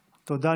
תודה.